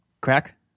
Crack